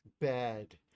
bad